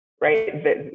right